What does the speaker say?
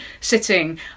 sitting